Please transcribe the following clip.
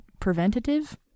preventative